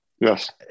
Yes